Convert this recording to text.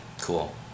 cool